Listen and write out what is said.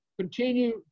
continue